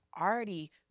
already